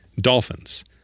dolphins